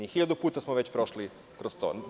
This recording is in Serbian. Hiljadu puta smo već prošli kroz to.